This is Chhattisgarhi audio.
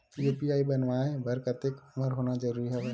यू.पी.आई बनवाय बर कतेक उमर होना जरूरी हवय?